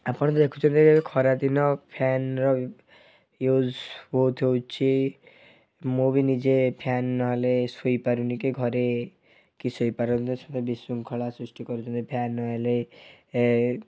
ଆପଣ ତ ଦେଖୁଥିବେ ଖରା ଦିନ ଫ୍ୟାନ୍ର ୟୁଜ୍ ବହୁତ ହେଉଛି ମୁଁ ବି ନିଜେ ଫ୍ୟାନ୍ ନହେଲେ ଶୋଇପାରୁନି କି ଘରେ କି ଶୋଇ ପାରନ୍ତିନି ସବୁବେଳେ ବିଶୃଙ୍ଖଳା ସୃଷ୍ଟି କରୁଛନ୍ତି ଫ୍ୟାନ୍ ନହେଲେ